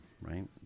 right